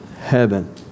heaven